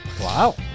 wow